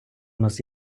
нас